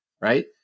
right